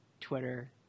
Twitter